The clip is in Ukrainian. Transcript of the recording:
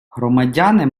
громадяни